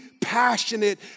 passionate